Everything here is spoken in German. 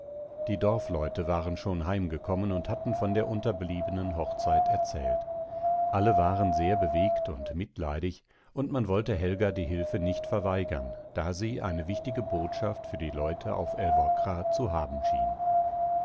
die dorfleute waren schon heimgekommen und hatten von der unterbliebenen hochzeit erzählt alle waren sehr bewegt und mitleidig und man wollte helga die hilfe nicht verweigern da sie eine wichtige botschaft für die leute auf älvkra zu haben schien